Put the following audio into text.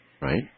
Right